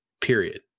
period